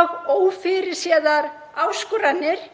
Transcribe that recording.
og ófyrirséðar áskoranir,